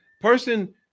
person